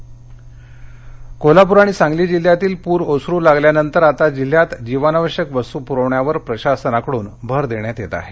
पर स्थिती कोल्हापर कोल्हापूर आणि सांगली जिल्ह्यातील पूर ओसरू लागल्यानंतर आता जिल्ह्यात जीवनावश्यक वस्तू पुरवण्यावर प्रशासनाकडून भर देण्यात येत आहे